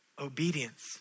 Obedience